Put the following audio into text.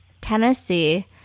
Tennessee